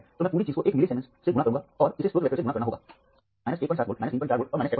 तो मैं पूरी चीज़ को 1 मिलीसेमेन से गुणा करूँगा और इसे स्रोत वेक्टर से गुणा करना होगा जो था 17 वोल्ट 34 वोल्ट और 68 वोल्ट